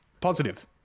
positive